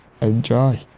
enjoy